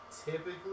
typically